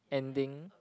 ending